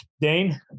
Dane